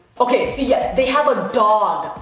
ok, see yeah, they have a dog.